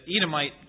Edomite